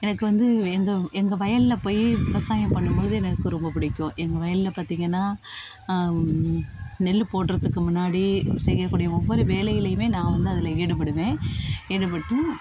எனக்கு வந்து எங்கள் எங்கள் வயலில் போய் விவசாயம் பண்ணும் போது எனக்கு ரொம்ப பிடிக்கும் எங்கள் வயலில் பார்த்திங்கன்னா நெல் போடுறதுக்கு முன்னாடி செய்யக்கூடிய ஒவ்வொரு வேலையிலேயுமே நான் வந்து அதில் ஈடுபடுவேன் ஈடுபட்டு